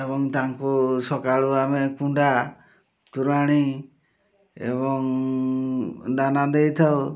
ଏବଂ ତାଙ୍କୁ ସକାଳୁ ଆମେ କୁଣ୍ଡା ତୋରାଣୀ ଏବଂ ଦାନା ଦେଇଥାଉ